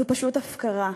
זו פשוט הפקרה.